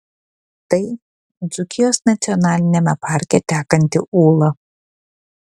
tai dzūkijos nacionaliniame parke tekanti ūla